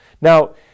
Now